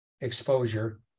exposure